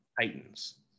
Titans